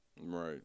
Right